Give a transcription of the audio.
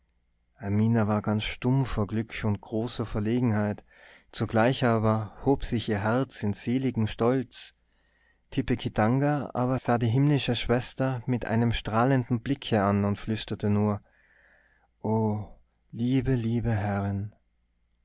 amina war ganz stumm vor glück und großer verlegenheit zugleich aber hob sich ihr herz in seligem stolz tipekitanga aber sah die himmlische schwester mit einem strahlenden blicke an und flüsterte nur o liebe liebe herrin